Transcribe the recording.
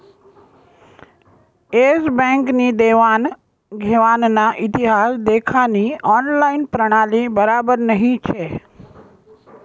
S bank नी देवान घेवानना इतिहास देखानी ऑनलाईन प्रणाली बराबर नही शे